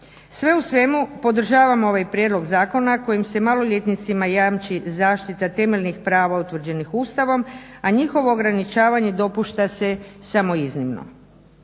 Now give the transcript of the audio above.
Sve u svemu podržavam ovaj prijedlog zakona kojim se maloljetnicima jamči zaštita temeljnih prava utvrđenih Ustavom, a njihovo ograničavanje dopušta se samo iznimno.